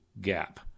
Gap